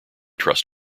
trust